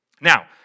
Now